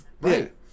right